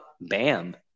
Bam –